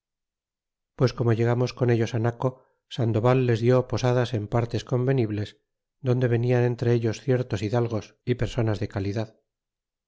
pues como llegamos con ellos á naco sandoval les dió posadas en partes convenibles porque venian entre ellos ciertos hidalgos y personas de calidad r